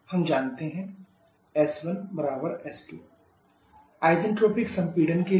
हम जानते है s1s2 isentropic संपीड़न के लिए